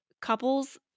couples